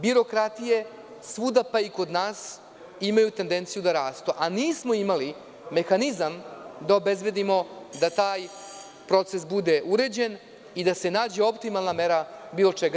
Birokratije svuda, pa i kod nas, imaju tendenciju da rastu, a nismo imali mehanizam da obezbedimo da taj proces bude uređen i da se nađe optimalna mera bilo čega.